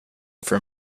for